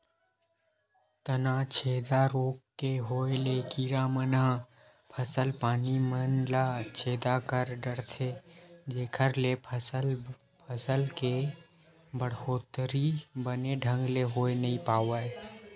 तनाछेदा रोग के होय ले कीरा मन ह फसल पानी मन ल छेदा कर डरथे जेखर ले फसल के बड़होत्तरी बने ढंग ले होय नइ पावय